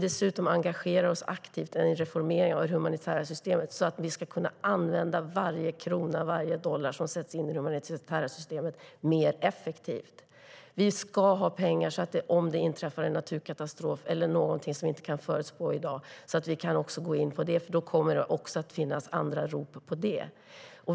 Dessutom engagerar vi oss aktivt i en reformering av det humanitära systemet så att vi ska kunna använda varje krona och varje dollar som sätts in i det humanitära systemet mer effektivt. Om det inträffar en naturkatastrof eller någonting som vi inte kan förutspå i dag ska vi ha pengar, så att vi också kan gå in där. Då kommer det nämligen att finnas andra rop om det.